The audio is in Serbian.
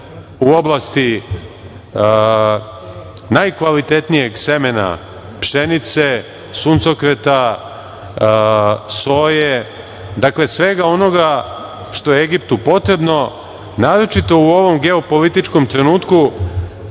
u oblasti najkvalitetnijeg semena pšenice, suncokreta, soje, dakle svega onoga što je Egiptu potrebno, naročito u ovom geopolitičkom trenutku